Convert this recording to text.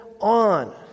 on